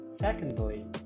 Secondly